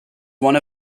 one